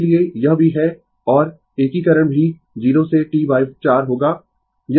इसीलिए यह भी है और एकीकरण भी 0 से T 4 होगा